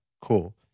cool